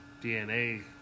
DNA